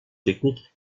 technique